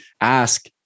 ask